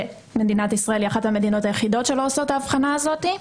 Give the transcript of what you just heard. שמדינת ישראל היא אחת המדינות היחידות שלא עושות את האבחנה הזאת.